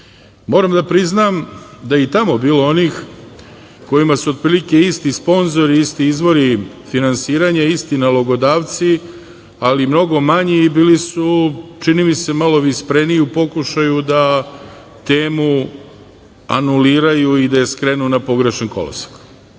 Moram da priznam da je i tamo bilo onih kojima su otprilike isti sponzori, isti izvori finansiranja, isti nalogodavci, ali mnogo manji i bili su, čini mi se, malo vispreniji u pokušaju da temu anuliraju da je skrenu na pogrešan kolosek. Danas